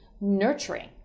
nurturing